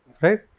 right